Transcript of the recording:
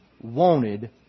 wanted